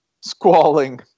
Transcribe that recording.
squalling